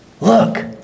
look